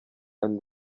and